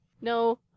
no